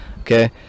okay